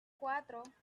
cuatro